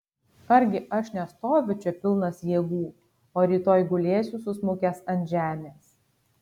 argi aš nestoviu čia pilnas jėgų o rytoj gulėsiu susmukęs ant žemės